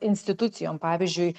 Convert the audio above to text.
institucijom pavyzdžiui